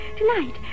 Tonight